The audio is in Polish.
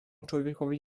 człowiekowi